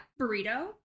burrito